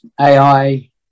AI